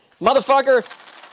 motherfucker